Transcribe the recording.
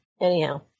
anyhow